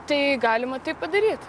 tai galima taip padaryt